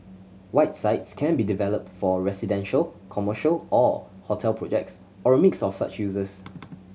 white sites can be developed for residential commercial or hotel projects or a mix of such uses